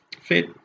fit